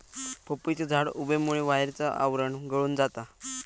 पपईचे झाड उबेमुळे बाहेरचा आवरण गळून जाता